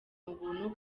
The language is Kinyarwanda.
ubuntu